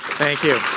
thank you.